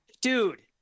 Dude